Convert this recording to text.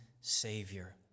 Savior